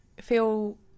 feel